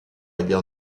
guerre